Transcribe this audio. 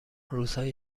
روزهای